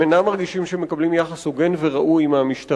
הם אינם מרגישים שהם מקבלים יחס הוגן וראוי מהמשטרה.